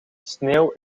sneeuw